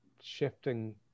Shifting